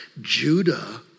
Judah